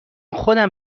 خودم